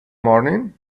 morning